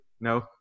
No